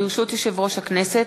ברשות יושב-ראש הכנסת,